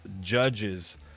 judges